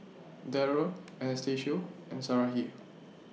Darrell Anastacio and Sarahi